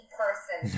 person